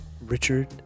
Richard